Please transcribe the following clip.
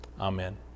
Amen